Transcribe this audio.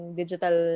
digital